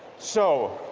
so,